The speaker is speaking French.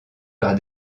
par